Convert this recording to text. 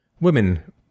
Women